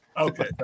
okay